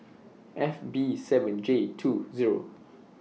F B seven J two Zero